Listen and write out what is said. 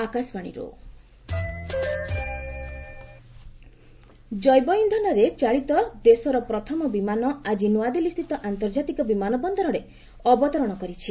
biofuel flight ଜୈବ ଇନ୍ଧନରେ ଚାଳିତ ଦେଶର ପ୍ରଥମ ବିମାନ ଆଜି ନୂଆଦିଲ୍ଲୀସ୍ଥିତ ଆନ୍ତର୍ଜାତିକ ବିମାନ ବନ୍ଦରରେ ଅବତରଣ କରିଛି